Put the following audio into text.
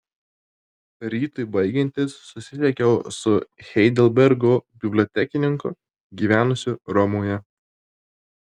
rytui baigiantis susisiekiau su heidelbergo bibliotekininku gyvenusiu romoje